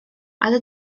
ale